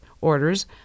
orders